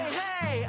hey